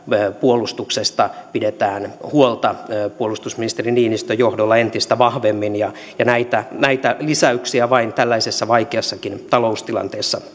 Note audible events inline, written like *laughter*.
puolustuksesta pidetään huolta puolustusministeri niinistön johdolla entistä vahvemmin ja näitä näitä lisäyksiä vain tällaisessa vaikeassakin taloustilanteessa *unintelligible*